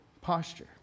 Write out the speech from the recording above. posture